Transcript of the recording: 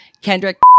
Kendrick